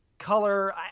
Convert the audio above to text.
Color